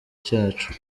cyacu